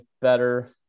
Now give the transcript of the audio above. better